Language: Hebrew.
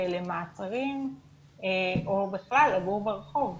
למעצרים או בכלל לגור ברחוב,